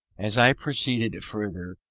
as i proceeded further,